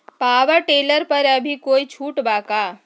Power tiller पर अभी कोई छुट बा का?